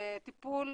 טיפול